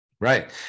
Right